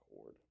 cord